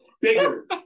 bigger